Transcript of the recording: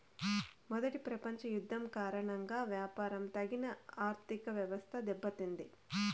మొదటి ప్రపంచ యుద్ధం కారణంగా వ్యాపారం తగిన ఆర్థికవ్యవస్థ దెబ్బతింది